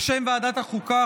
בשם ועדת החוקה,